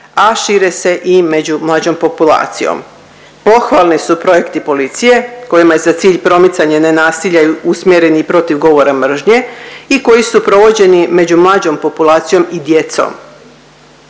a šire se i među mlađom populacijom. Pohvalni su projekti policije, kojima je za cilj promicanje nenasilja i usmjereni protiv govora mržnje i koji su provođeni među mlađom populacijom i djecom.